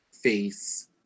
face